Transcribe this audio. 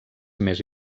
més